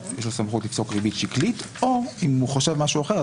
יש סמכות לפסוק ריבית שקלית או אם הוא חושב משהו אחר,